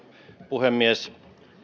puhemies